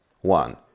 one